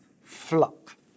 flock